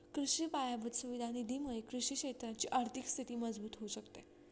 कृषि पायाभूत सुविधा निधी मुळे कृषि क्षेत्राची आर्थिक स्थिती मजबूत होऊ शकते